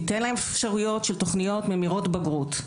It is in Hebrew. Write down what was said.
ניתן להם אפשרויות של תוכניות ממירות בגרות.